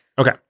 Okay